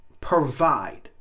provide